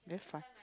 very fun